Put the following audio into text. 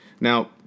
Now